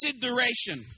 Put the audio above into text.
duration